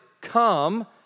come